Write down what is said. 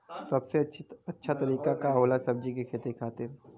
सबसे अच्छा तरीका का होला सब्जी के खेती खातिर?